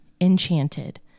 Enchanted